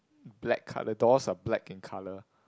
black colour doors or black in colour